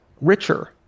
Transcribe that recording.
richer